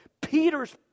Peter's